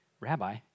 Rabbi